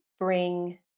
bring